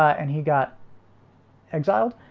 and he got exiled.